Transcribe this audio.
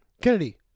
Kennedy